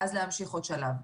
ואז להמשיך עוד שלב,